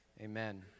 Amen